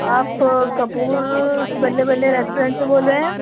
آپ کپور بلے بلے ریسٹورینٹ سے بول رہے ہیں